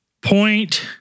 point